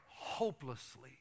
hopelessly